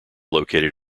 located